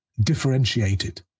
differentiated